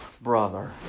brother